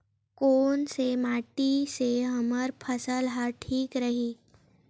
कोन से माटी से हमर फसल ह ठीक रही?